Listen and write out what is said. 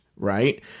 Right